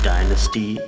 Dynasty